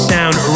Sound